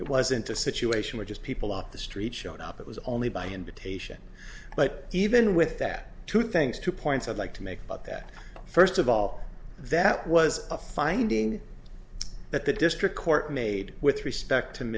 it wasn't a situation where just people on the street showed up it was only by invitation but even with that two things two points i'd like to make about that first of all that was a finding that the district court made with respect to